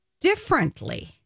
differently